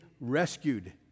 rescued